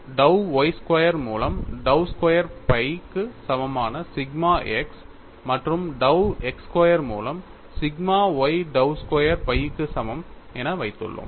dou y square மூலம் dou square phi க்கு சமமான சிக்மா x மற்றும் dou x ஸ்கொயர் மூலம் sigma y dou square phi க்கு சமம் என வைத்துள்ளோம்